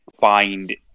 find